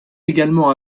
également